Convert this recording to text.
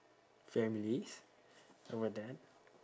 families how about that